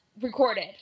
recorded